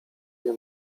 nie